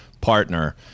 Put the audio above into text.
partner